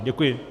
Děkuji.